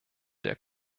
der